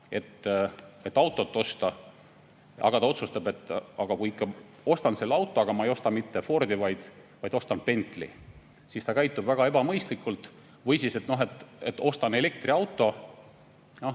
et autot osta, aga ta otsustab, et ikka ostan auto, aga ma ei osta mitte Fordi, vaid ostan Bentley, siis ta käitub väga ebamõistlikult. Või siis otsustab, et ostab elektriauto. Siin